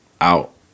out